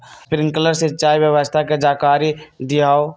Sprinkler सिंचाई व्यवस्था के जाकारी दिऔ?